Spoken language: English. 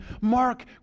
Mark